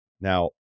Now